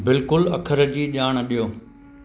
बिल्कुलु अखर जी ॼाण ॾियो